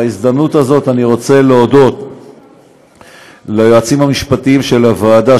בהזדמנות הזאת אני רוצה להודות ליועצים המשפטיים של הוועדה,